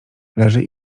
leży